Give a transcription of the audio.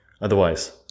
otherwise